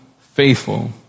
faithful